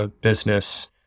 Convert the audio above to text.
business